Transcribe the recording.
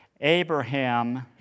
Abraham